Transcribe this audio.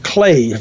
Clay